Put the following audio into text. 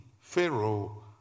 Pharaoh